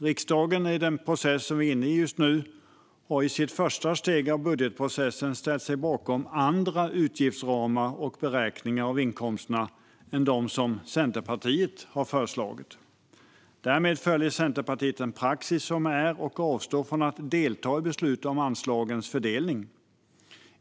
Riksdagen har i den process vi är inne i nu i sitt första steg av budgetprocessen ställt sig bakom andra utgiftsramar och beräkningar av inkomster än dem som Centerpartiet har föreslagit. Därmed följer Centerpartiet den praxis som råder och avstår från att delta i beslutet om anslagens fördelning.